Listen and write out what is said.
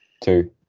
two